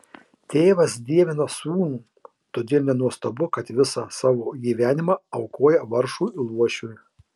tėvas dievina sūnų todėl nenuostabu kad visą savo gyvenimą aukoja vargšui luošiui